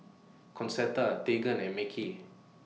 Concetta Tegan and Mekhi